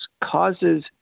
causes